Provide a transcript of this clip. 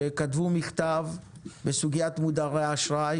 שכתבו מכתב בסוגיית מודרי האשראי,